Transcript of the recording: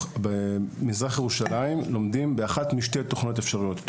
במזרח ירושלים לומדים באחת משתי תוכניות אפשריות.